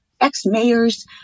ex-mayors